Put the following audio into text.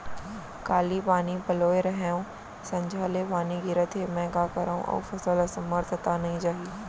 काली पानी पलोय रहेंव, संझा ले पानी गिरत हे, मैं का करंव अऊ फसल असमर्थ त नई जाही?